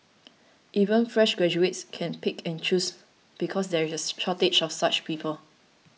even fresh graduates can pick and choose because there is a shortage of such people